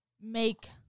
make